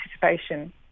participation